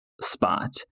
spot